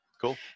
cool